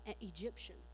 Egyptian